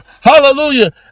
Hallelujah